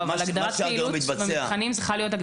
אבל הגדרת פעילות במבחנים צריכה להיות הגדרת פעילות